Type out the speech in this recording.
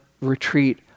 retreat